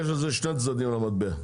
יש לזה שני צדדים למטבע,